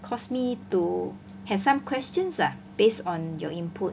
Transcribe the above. cause me to have some questions ah based on your input